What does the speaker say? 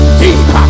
deep